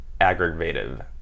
aggravative